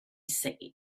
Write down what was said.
said